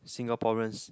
Singaporeans